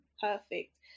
perfect